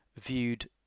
viewed